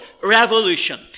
revolution